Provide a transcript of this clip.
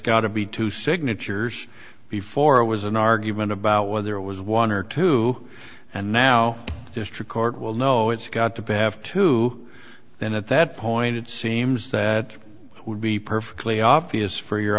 got to be two signatures before it was an argument about whether it was one or two and now district court will know it's got to pass to then at that point it seems that would be perfectly obvious for your